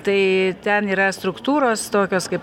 tai ten yra struktūros tokios kaip